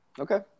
Okay